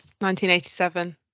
1987